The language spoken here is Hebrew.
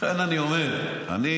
לכן אני אומר, אני